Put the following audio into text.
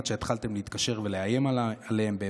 עד שהתחלתם להתקשר ולאיים עליהם.